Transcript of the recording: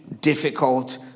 difficult